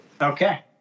Okay